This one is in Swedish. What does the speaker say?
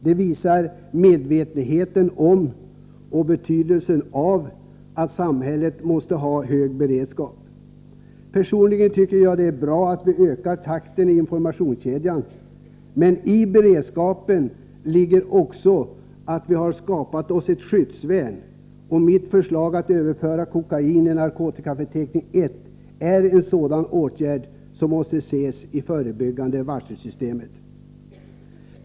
Det visar på en medvetenhet om att samhället måste ha en hög beredskap. Personligen tycker jag att det är bra att vi ökar takten i informationskedjan. Men i beredskapen ligger också att vi har skapat oss ett skyddsvärn. Mitt förslag att överföra kokain till narkotikaförteckning I måste ses som en åtgärd i ett förebyggande varselsystem.